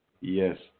Yes